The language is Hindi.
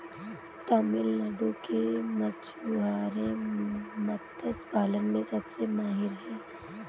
तमिलनाडु के मछुआरे मत्स्य पालन में सबसे माहिर हैं